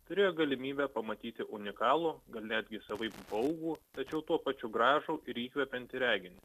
turėjo galimybę pamatyti unikalų gal netgi savaip baugu tačiau tuo pačiu gražų ir įkvepiantį reginį